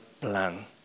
plan